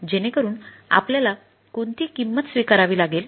जेणेकरुन आपल्याला कोणती किंमत स्वीकारावी लागेल